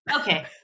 okay